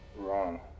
wrong